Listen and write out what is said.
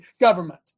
government